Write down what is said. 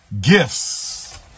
gifts